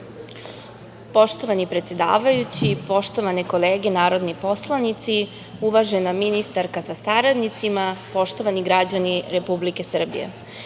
Poštovani predsedavajući, poštovane kolege narodni poslanici, uvažena ministarka sa saradnicima, poštovani građani Republike Srbije,